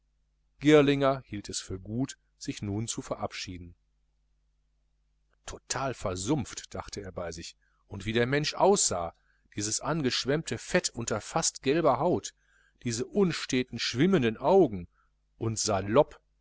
girlinger hielt es für gut sich nun zu verabschieden total versumpft dachte er bei sich und wie der mensch aussah dieses angeschwemmte fett unter fast gelber haut diese unstäten schwimmenden augen und salopp